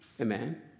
Amen